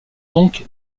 donc